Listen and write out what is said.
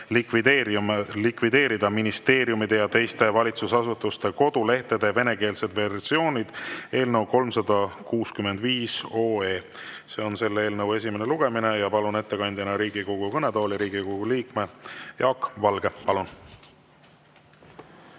likvideerida ministeeriumide ja teiste valitsusasutuste kodulehtede venekeelsed versioonid" eelnõu 365. See on selle eelnõu esimene lugemine. Palun ettekandjana Riigikogu kõnetooli Riigikogu liikme Jaak Valge. Palun!